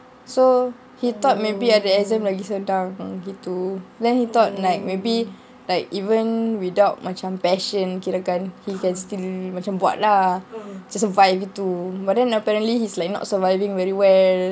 so he thought maybe ada exam lagi senang gitu then he thought like maybe like even without macam passion he can still macam buat lah macam survive gitu but then apparently he's like not surviving very well